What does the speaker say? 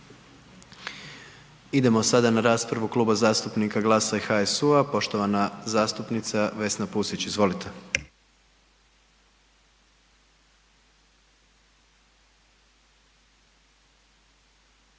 Idemo sada na raspravu Kluba zastupnika GLAS-a i HSU-a, poštovana zastupnica Vesna Pusić. Izvolite.